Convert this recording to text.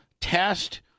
Test